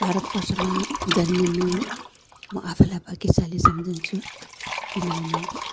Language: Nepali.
भारतवर्षमा जन्मिनु म आफैलाई भाग्यशाली सम्झन्छु किनभने